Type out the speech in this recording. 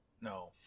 no